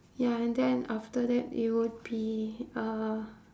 ya and then after that it would be uh